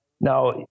Now